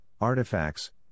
artifacts